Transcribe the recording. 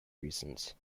reasons